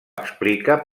explica